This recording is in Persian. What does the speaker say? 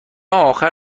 آخر